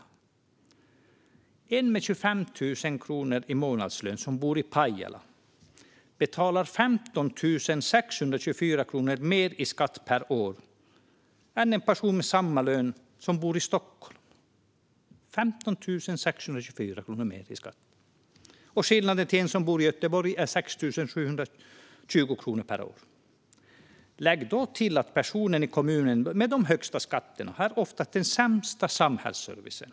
En person med 25 000 kronor i månadslön som bor i Pajala betalar 15 624 kronor mer i skatt per år än en person med samma lön som bor i Stockholm. Och skillnaden mot en som bor i Göteborg är 6 720 kronor per år. Lägg därtill att personen i kommunen med de högsta skatterna oftast har den sämsta samhällsservicen.